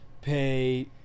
pay